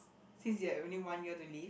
since you have only one year to live